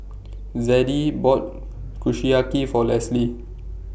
Zadie bought Kushiyaki For Lesley